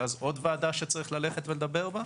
ואז עוד ועדה שצריך ללכת ולדבר בה.